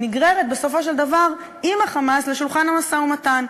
נגררת בסופו של דבר עם ה"חמאס" לשולחן המשא-ומתן.